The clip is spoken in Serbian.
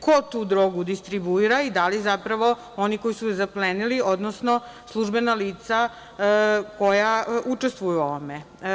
Ko tu drogu distribuira i da li, zapravo, oni koji su je zaplenili, odnosno, službena lica koja učestvuju u ovome?